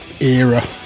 era